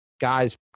guys